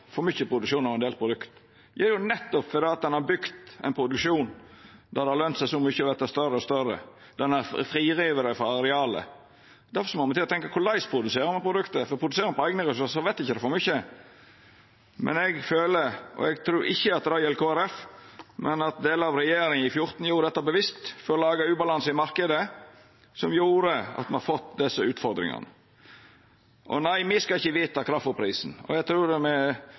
så mykje å verta større og større, og der ein har rive det fri frå arealet. Difor må ein tenkja: Korleis produserer ein produktet? Produserer ein på eigne ressursar, vert det ikkje for mykje. Men eg føler – eg trur ikkje at det gjeld Kristeleg Folkeparti – at delar av regjeringa i 2014 gjorde dette bevisst for å laga ubalanse i marknaden, og det gjer at ein har fått desse utfordringane. Nei, me skal ikkje vedta kraftfôrprisen, og eg trur